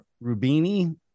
Rubini